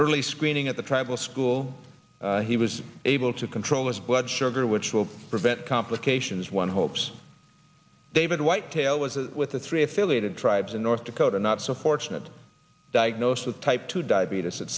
early screening at the tribal school he was able to control his blood sugar which will prevent complications one hopes david whitetail was with the three affiliated tribes in north dakota not so fortunate diagnosed with type two diabetes at